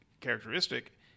characteristic